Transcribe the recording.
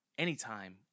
Anytime